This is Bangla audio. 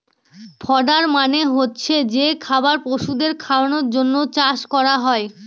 ফডার মানে হচ্ছে যে খাবার পশুদের খাওয়ানোর জন্য চাষ করা হয়